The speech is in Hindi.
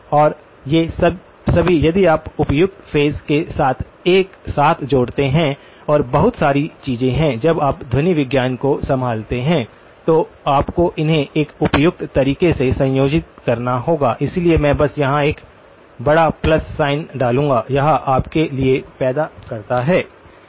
और ये सभी यदि आप उपयुक्त फेज के साथ एक साथ जोड़ते हैं और बहुत सारी चीजें हैं जब आप ध्वनि विज्ञान को संभालते हैं तो आपको उन्हें एक उपयुक्त तरीके से संयोजित करना होगा इसलिए मैं बस यहां एक बड़ा प्लस साइन डालूंगा यह आपके लिए पैदा करता है